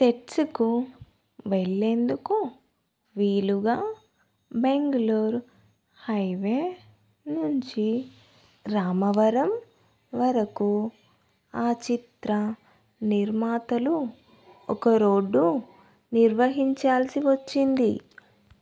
సెట్స్కు వెళ్ళేందుకు వీలుగా బెంగళూరు హైవే నుంచి రామవరం వరకు ఆ చిత్ర నిర్మాతలు ఒక రోడ్డు నిర్వహించాల్సి వచ్చింది